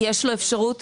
תהיה לו אפשרות